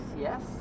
yes